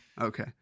okay